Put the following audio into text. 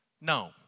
No